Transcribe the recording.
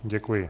Děkuji.